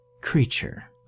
creature